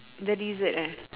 the lizard ah